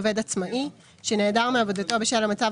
עובד עצמאי) שנעדר מעבודתו בשל המצב